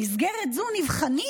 במסגרת זו נבחנים",